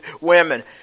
women